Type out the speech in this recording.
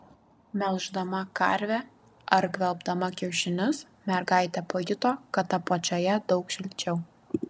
melždama karvę ar gvelbdama kiaušinius mergaitė pajuto kad apačioje daug šilčiau